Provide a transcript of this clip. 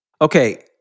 Okay